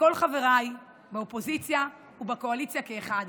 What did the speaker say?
לכל חבריי מהאופוזיציה ומהקואליציה כאחד